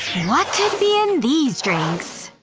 what could be in these drinks?